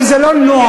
כי זה לא נוח,